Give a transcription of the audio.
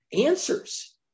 answers